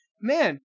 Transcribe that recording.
man